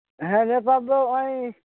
ᱦᱮᱸ ᱱᱮᱛᱟᱨ ᱫᱚ ᱦᱚᱸᱜ ᱚᱭ